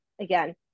again